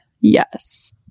yes